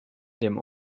dem